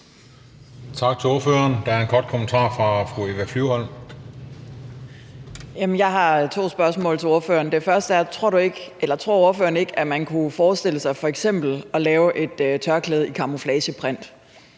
Jeg har to spørgsmål til ordføreren. Det første er: Tror ordføreren ikke, at man kunne forestille sig f.eks. at lave et tørklæde i camouflageprint?